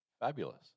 fabulous